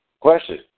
Question